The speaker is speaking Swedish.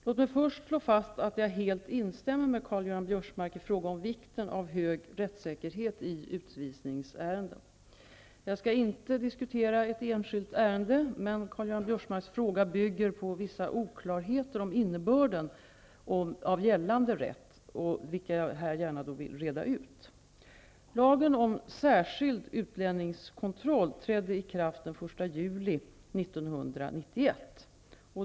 Låt mig först slå fast att jag helt instämmer med Karl-Göran Biörsmark i fråga om vikten av hög rättssäkerhet i utvisningsärenden. Jag skall inte diskutera ett enskilt ärende, men Karl-Göran Biörsmarks fråga bygger på vissa oklarheter om innebörden av gällande rätt, vilka jag gärna vill reda ut. Lagen om särskild utlänningskontroll trädde i kraft den 1 juli 1991.